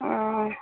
और